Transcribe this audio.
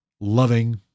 loving